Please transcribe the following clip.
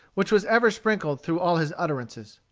which was ever sprinkled through all his utterances